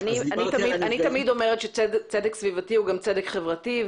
אני תמיד אומרת שצדק סביבתי הוא גם צדק חברתי,